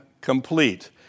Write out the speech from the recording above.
complete